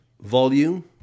Volume